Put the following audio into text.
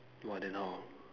!wah! then how